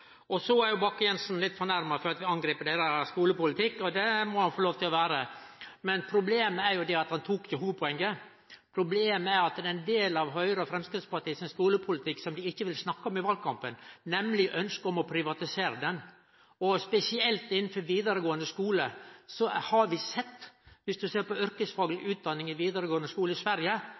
skole. Så er Bakke-Jensen litt fornærma for at vi angrip deira skolepolitikk – og det må han få lov til å vere – men problemet er at han tok ikkje hovudpoenget. Problemet er at det er ein del av Høgre og Framstegspartiet sin skolepolitikk som dei ikkje vil snakke om i valkampen, nemleg ønsket om å privatisere. Spesielt innanfor vidaregåande skole har vi sett det. Om ein ser på yrkesfagleg utdanning i vidaregåande skole i Sverige,